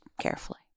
carefully